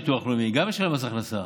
לשכיר גם יש ביטוח לאומי, גם יש לו מס הכנסה.